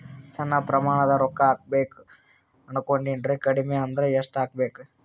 ಸಣ್ಣ ಪ್ರಮಾಣದ ರೊಕ್ಕ ಹಾಕಬೇಕು ಅನಕೊಂಡಿನ್ರಿ ಕಡಿಮಿ ಅಂದ್ರ ಎಷ್ಟ ಹಾಕಬೇಕು?